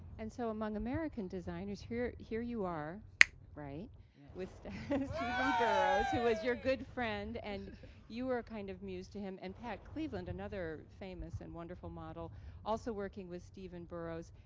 and so among american designers, here here you are laughter with stephen burrows, who was your good friend and you were a kind of muse to him. and pat cleveland, another famous and wonderful model also working with stephen burrows,